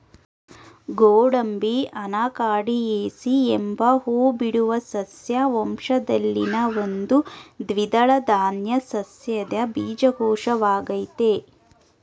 ಗೋಡಂಬಿ ಅನಾಕಾರ್ಡಿಯೇಸಿ ಎಂಬ ಹೂಬಿಡುವ ಸಸ್ಯ ವಂಶದಲ್ಲಿನ ಒಂದು ದ್ವಿದಳ ಧಾನ್ಯ ಸಸ್ಯದ ಬೀಜಕೋಶವಾಗಯ್ತೆ